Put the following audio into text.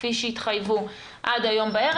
כפי שהתחייבו עד הערב,